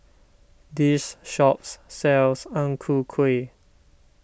this shops sells Ang Ku Kueh